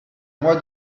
moi